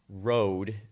road